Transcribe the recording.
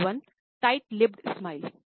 number 1टाइट लिप्पेद smile